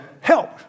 Help